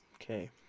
Okay